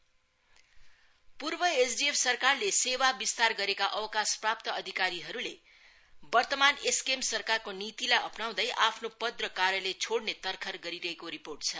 retiring state officer पूर्व एसडीएफ सरकारले सेवा विस्तार गरेका अवकाशप्राप्त अधिकारीहरूले वर्तमान एसकेएम सरकारको नीतिलाई अपनाउँदै आफ्नो पद र कार्यालय छोड़ने तरखर गरिरहेको रिर्पोट छ